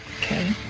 Okay